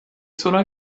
sola